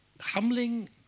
humbling